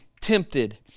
tempted